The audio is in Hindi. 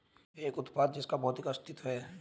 एक उत्पाद जिसका भौतिक अस्तित्व है?